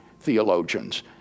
theologians